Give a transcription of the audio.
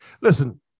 Listen